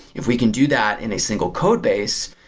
if we can do that in a single codebase,